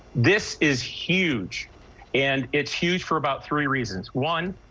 this is huge and it's huge for about three reasons one.